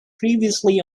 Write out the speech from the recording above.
previously